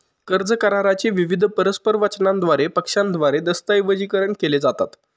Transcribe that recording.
कर्ज करारा चे विविध परस्पर वचनांद्वारे पक्षांद्वारे दस्तऐवजीकरण केले जातात